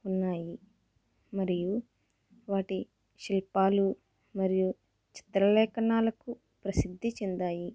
ఉన్నాయి మరియు వాటి శిల్పాలు మరియు చిత్రలేఖనాలకు ప్రసిద్ధి చెందాయి